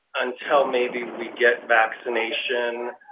until maybe we get vaccination,